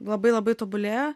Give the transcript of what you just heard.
labai labai tobulėja